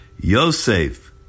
Yosef